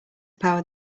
power